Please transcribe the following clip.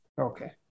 Okay